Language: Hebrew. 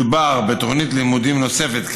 מדובר בתוכנית לימודים נוספת,